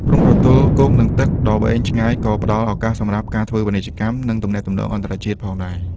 ព្រំប្រទល់គោក និងទឹកដ៏វែងឆ្ងាយក៏ផ្តល់ឱកាសសម្រាប់ការធ្វើពាណិជ្ជកម្ម និងទំនាក់ទំនងអន្តរជាតិផងដែរ។